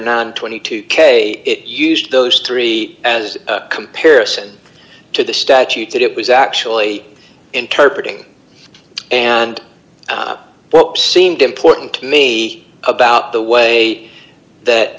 and twenty two k it used those three as a comparison to the statute that it was actually in carpeting and what seemed important to me about the way that